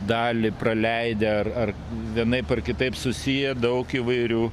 dalį praleidę ar ar vienaip ar kitaip susiję daug įvairių